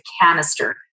canister